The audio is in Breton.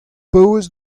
paouez